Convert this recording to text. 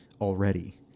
already